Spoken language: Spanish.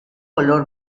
color